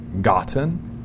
gotten